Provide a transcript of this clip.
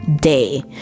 day